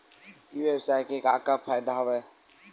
ई व्यवसाय के का का फ़ायदा हवय?